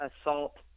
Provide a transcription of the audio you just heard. assault